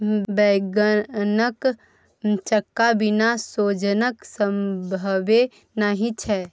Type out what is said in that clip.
बैंगनक चक्का बिना सोजन संभवे नहि छै